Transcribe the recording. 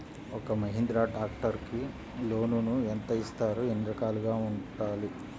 ఒక్క మహీంద్రా ట్రాక్టర్కి లోనును యెంత ఇస్తారు? ఎన్ని ఎకరాలు ఉండాలి?